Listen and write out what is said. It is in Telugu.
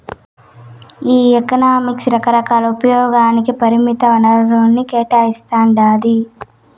ఈ ఎకనామిక్స్ రకరకాల ఉపయోగాలకి పరిమిత వనరుల్ని కేటాయిస్తాండాది